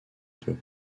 peu